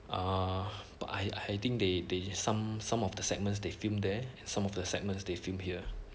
uh but I think they they some some of the segments they film there some of the segments they film here